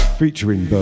featuring